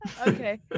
okay